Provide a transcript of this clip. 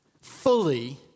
fully